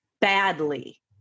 badly